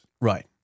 Right